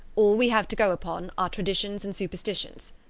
all we have to go upon are traditions and superstitions.